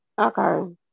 Okay